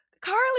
carly